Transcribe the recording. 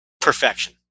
perfection